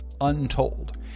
untold